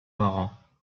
parents